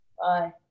Bye